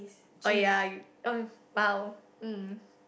oh ya you oh !wow! mm